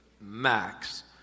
max